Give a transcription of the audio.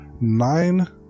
nine